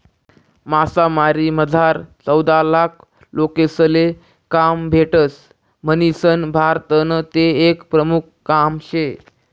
मासामारीमझार चौदालाख लोकेसले काम भेटस म्हणीसन भारतनं ते एक प्रमुख काम शे